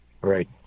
Right